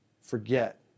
forget